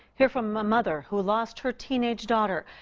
hear from a mother who lost her teenage daughter.